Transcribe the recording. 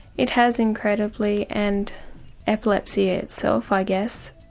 it has, incredibly, and epilepsy itself, i guess.